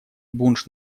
бундж